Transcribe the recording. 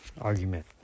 argument